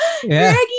Greggy